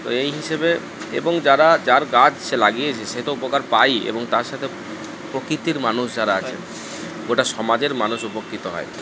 তো এই হিসেবে এবং যারা যার গাছ সে লাগিয়েছে সে তো উপকার পায়ই এবং তার সাথে প্রকৃতির মানুষ যারা আছে গোটা সমাজের মানুষ উপকৃত হয়